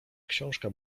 książka